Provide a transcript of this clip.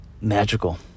magical